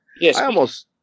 Yes